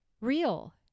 real